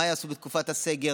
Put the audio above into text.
מה יעשו בתקופת הסגר,